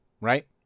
right